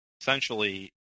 essentially